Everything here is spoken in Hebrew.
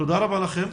תודה רבה לכם.